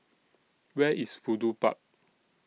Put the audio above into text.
Where IS Fudu Park